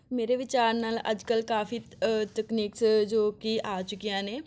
ਮੇਰੇ ਵਿਚਾਰ ਨਾਲ ਅੱਜ ਕੱਲ੍ਹ ਕਾਫੀ ਤਕਨੀਕਸ ਜੋ ਕਿ ਆ ਚੁੱਕੀਆਂ ਨੇ